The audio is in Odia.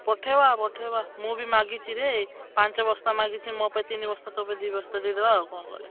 ପଠାଇବା ପଠାଇବା ମୁଁ ବି ମାଗିଛିରେ ପାଞ୍ଚ ବସ୍ତା ମାଗିଛି ମୋ ପାଇଁ ତିନି ବସ୍ତା ତୋ ପାଇଁ ଦୁଇ ବସ୍ତା ଦେଇଦେବା ଆଉ କ'ଣ କରିବା